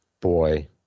boy